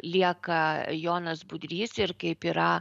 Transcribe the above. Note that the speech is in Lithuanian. lieka jonas budrys ir kaip yra